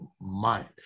mind